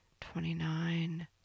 twenty-nine